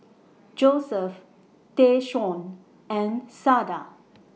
Joseph Tayshaun and Sada